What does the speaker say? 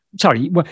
sorry